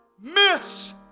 miss